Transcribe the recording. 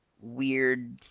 weird